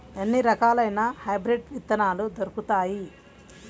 ఎన్ని రకాలయిన హైబ్రిడ్ విత్తనాలు దొరుకుతాయి?